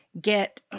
get